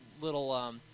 little